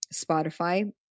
Spotify